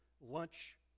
lunch